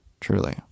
Truly